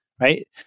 right